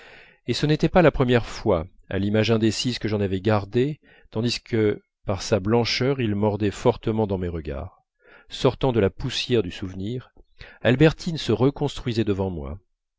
et ce n'était pas la première fois à l'image indécise que j'en avais gardée tandis que par sa blancheur il mordait fortement dans mes regards sortant de la poussière du souvenir albertine se reconstruisait devant moi